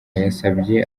yasabye